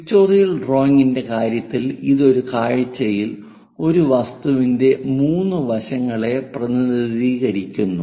pictorial ഡ്രായിങ്ങിന്റെ കാര്യത്തിൽ ഇത് ഒരു കാഴ്ചയിൽ ഒരു വസ്തുവിന്റെ 3 വശങ്ങളെ പ്രതിനിധീകരിക്കുന്നു